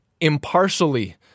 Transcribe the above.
impartially